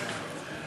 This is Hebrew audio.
מגיבה?